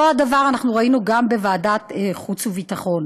אותו הדבר ראינו גם בוועדת החוץ והביטחון.